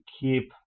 keep